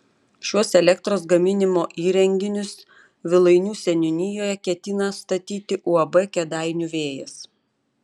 šiuos elektros gaminimo įrenginius vilainių seniūnijoje ketina statyti uab kėdainių vėjas